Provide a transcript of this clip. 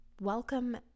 Welcome